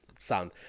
Sound